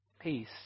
peace